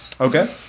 Okay